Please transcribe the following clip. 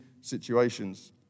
situations